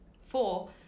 Four